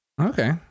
Okay